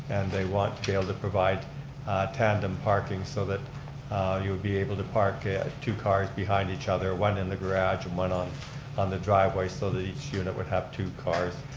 and they want to be able to provide tandem parking, so that you would be able to park two cars behind each other, one in the garage and one on on the driveway, so that each unit would have two cars.